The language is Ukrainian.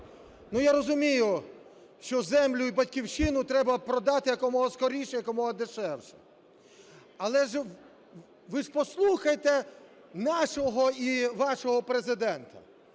Я розумію, що землю і батьківщину треба продати якомога скоріше і якомога дешевше. Але ж ви ж послухайте нашого і вашого Президента.